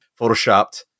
photoshopped